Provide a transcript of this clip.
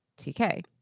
TK